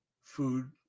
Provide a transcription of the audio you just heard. food